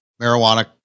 Marijuana